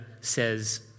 says